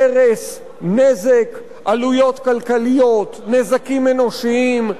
הרס, נזק, עלויות כלכליות, נזקים אנושיים.